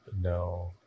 no